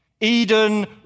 Eden